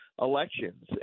elections